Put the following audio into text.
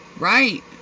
Right